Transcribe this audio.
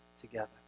together